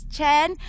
Chen